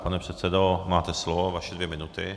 Pane předsedo, máte slovo, vaše dvě minuty.